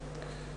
הביניים.